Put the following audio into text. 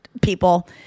people